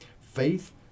Faith